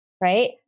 right